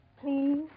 Please